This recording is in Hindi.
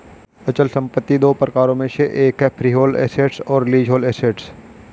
अचल संपत्ति दो प्रकारों में से एक है फ्रीहोल्ड एसेट्स और लीजहोल्ड एसेट्स